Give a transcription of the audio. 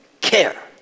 care